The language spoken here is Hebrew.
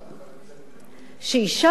שאשה שמופלית בשכר